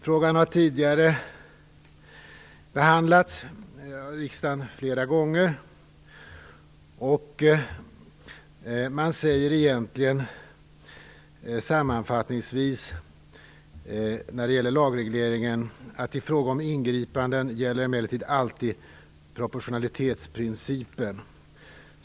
Frågan har tidigare behandlats av riksdagen flera gånger. I fråga om lagregleringen säger man sammanfattningsvis att vid ingripanden skall proportionalitetsprincipen gälla.